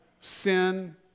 Sin